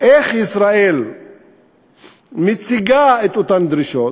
איך ישראל מציגה את אותן דרישות?